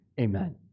Amen